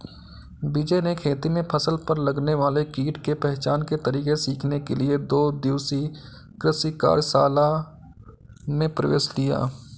विजय ने खेती में फसल पर लगने वाले कीट के पहचान के तरीके सीखने के लिए दो दिवसीय कृषि कार्यशाला में प्रवेश लिया